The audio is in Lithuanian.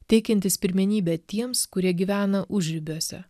teikiantis pirmenybę tiems kurie gyvena užribiuose